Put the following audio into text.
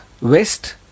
West